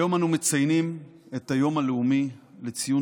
היום אנו מציינים את היום הלאומי לציון